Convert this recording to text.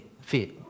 fit